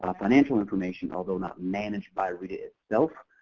ah financial information, although not managed by reta itself,